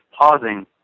pausing